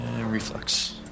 Reflex